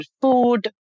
food